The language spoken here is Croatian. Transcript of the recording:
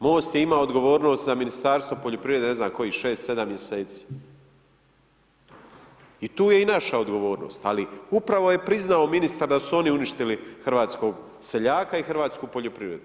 MOST je imao odgovornost za Ministarstvo poljoprivrede ne znam kojim 6, 7 mjeseci i tu je i naša odgovornost, ali upravo je priznao ministar da su oni uništili hrvatskog seljaka i hrvatsku poljoprivredu.